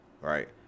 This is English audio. right